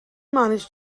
manage